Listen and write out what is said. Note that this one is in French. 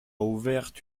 ouvert